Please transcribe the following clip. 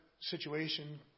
situation